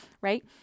right